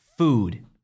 Food